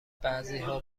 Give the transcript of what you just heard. بعضیها